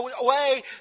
away